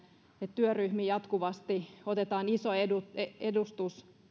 työryhmiin jatkuvasti otetaan iso edustus edustus